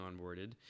onboarded